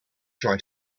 try